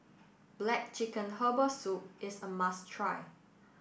Black Chicken Herbal Soup is a must try